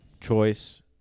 choice